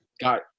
got